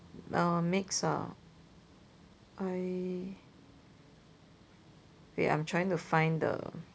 err mix ah wait I'm trying to find the